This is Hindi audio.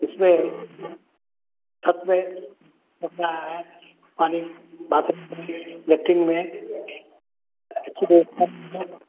इसमें छत में है पानी बाथरूम में लैट्रिंग में अच्छी व्यवस्था नहीं है